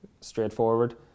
straightforward